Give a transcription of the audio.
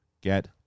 Get